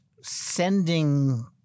sending